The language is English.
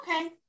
okay